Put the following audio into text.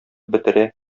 бетерә